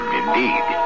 indeed